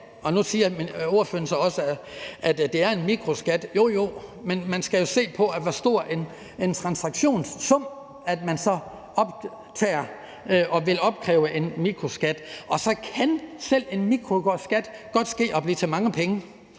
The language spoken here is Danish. dag. Nu siger ordføreren så også, at det er en mikroskat, ja, men man skal jo se på, hvor stor en transaktionssum, man så optager og vil opkræve som mikroskat. Så kan selv en mikroskat godt ende med at blive til mange penge.